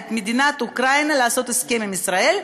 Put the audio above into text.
את מדינת אוקראינה לעשות הסכם עם ישראל,